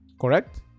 Correct